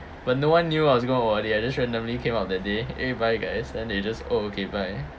but no one knew I was gone already I just randomly came out that day eh bye guys then they just oh okay bye